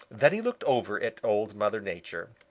then he looked over at old mother nature.